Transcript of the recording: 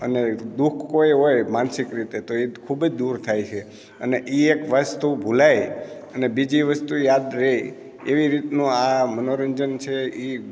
અને દુ ખ કોઈ હોય માનસિક રીતે તો એ ખૂબ જ દૂર થાય છે અને એ એક વસ્તુ ભૂલાય અને બીજી વસ્તુ યાદ રહે એવી રીતનું આ મનોરંજન છે એ